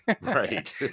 Right